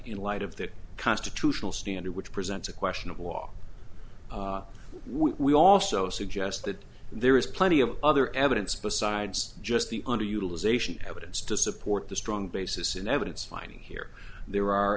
in light of the constitutional standard which presents a question of law we also suggest that there is plenty of other evidence besides just the underutilization evidence to support the strong basis in evidence finding here there are